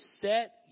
set